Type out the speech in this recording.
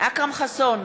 אכרם חסון,